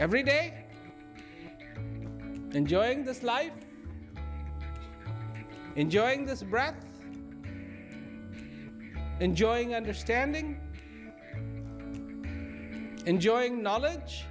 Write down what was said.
every day enjoying this life enjoying this rather enjoying understanding enjoying knowledge